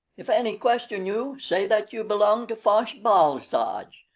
if any question you, say that you belong to fosh-bal-soj.